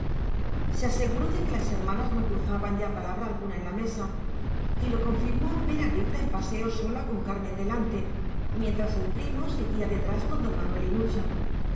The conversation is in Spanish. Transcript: se aseguró que las hermanas no cruzaban ya palabra alguna en la mesa y lo confirmó ver a rita en paseo sola con carmen delante mientras el primo seguía detrás con don manuel y nucha